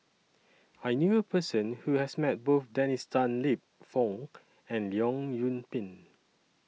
I knew A Person Who has Met Both Dennis Tan Lip Fong and Leong Yoon Pin